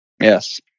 Yes